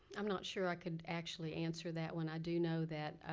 i'm not sure i can actually answer that. when i do know that